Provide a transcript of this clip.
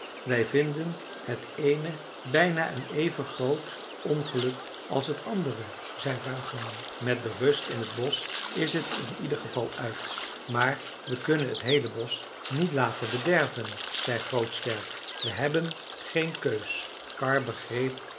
wij vinden het eene bijna een even groot ongeluk als het andere zei ruigmaan met de rust in het bosch is het in ieder geval uit maar we kunnen het heele bosch niet laten bederven zei grootsterk we hebben geen keus karr begreep